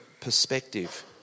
perspective